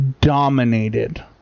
dominated